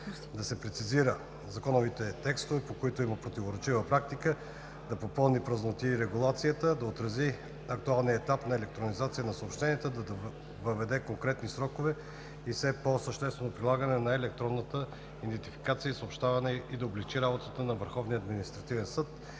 да прецизира законовите текстове, по които има противоречива практика, да попълни празноти в регулацията, да отрази актуалния етап на електронизация на съобщенията, да въведе конкретни срокове за все по-съществено прилагане на електронната идентификация и съобщаване, да облекчи работата на